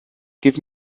give